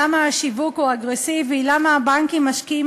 למה השיווק הוא אגרסיבי ולמה הבנקים משקיעים